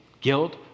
guilt